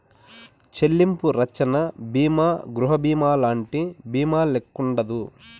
చెల్లింపు రచ్చన బీమా గృహబీమాలంటి బీమాల్లెక్కుండదు